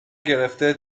گرفته